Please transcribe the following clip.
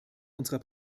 unserer